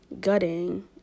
Gutting